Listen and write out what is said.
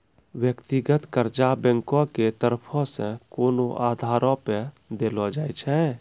व्यक्तिगत कर्जा बैंको के तरफो से कोनो आधारो पे देलो जाय छै